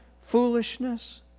foolishness